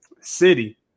city